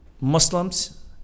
Muslims